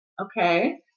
okay